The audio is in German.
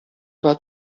war